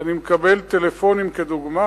אני מקבל טלפונים, לדוגמה